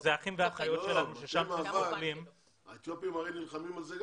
אלה אחים ואחיות שלנו --- הרי גם האתיופים נלחמים על זה,